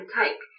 take